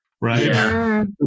right